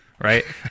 right